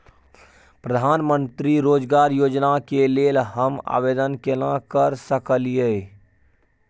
प्रधानमंत्री रोजगार योजना के लेल हम आवेदन केना कर सकलियै?